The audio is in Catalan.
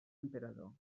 emperador